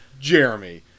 Jeremy